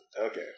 Okay